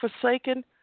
forsaken